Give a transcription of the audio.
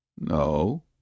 No